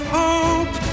hope